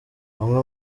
bamwe